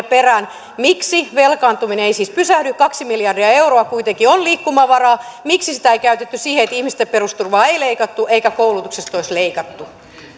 perään miksi velkaantuminen ei siis pysähdy kaksi miljardia euroa kuitenkin on liikkumavaraa miksi sitä ei käytetty siihen että ihmisten perusturvaa ei olisi leikattu eikä koulutuksesta olisi leikattu